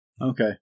Okay